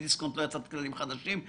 בדיסקונט לא יצרת כללים חדשים.